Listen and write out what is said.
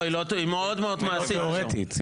היא מאוד מעשית.